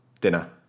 Dinner